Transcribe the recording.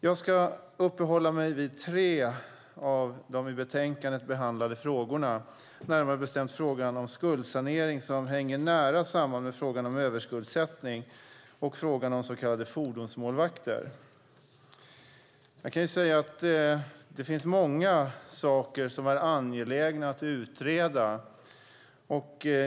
Jag ska uppehålla mig vid tre av de i betänkandet behandlade frågorna, närmare bestämt frågan om skuldsanering som hänger nära samman med frågan om överskuldsättning och frågan om så kallade fordonsmålvakter. Det finns många saker som är angelägna att utreda.